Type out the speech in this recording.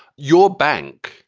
your bank